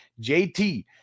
JT